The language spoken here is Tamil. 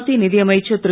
மத்திய நிதி அமைச்சர் திரு